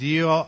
Dio